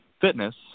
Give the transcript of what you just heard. fitness